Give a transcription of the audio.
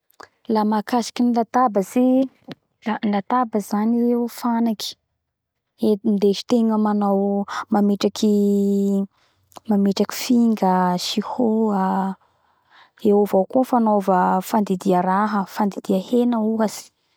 La mahakasiky ny latabatsy da ny latabatsy zany fanaky indesitegna manao mametrakymametraky finga sihoa; eo avao koa fanaova fandidiha raha fandidia hena ohatsy